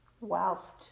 Whilst